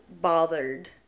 bothered